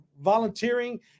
volunteering